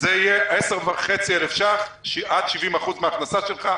זה יהיה 10,500 שקלים, עד 70% מהכנסה שלך.